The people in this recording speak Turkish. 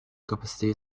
kapasiteye